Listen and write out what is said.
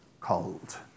cold